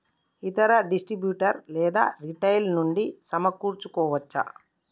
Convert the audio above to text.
ఇతర డిస్ట్రిబ్యూటర్ లేదా రిటైలర్ నుండి సమకూర్చుకోవచ్చా?